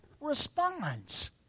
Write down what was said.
responds